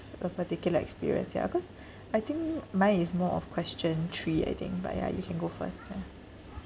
a particular experience ya cause I think mine is more of question three I think but ya you can go first yeah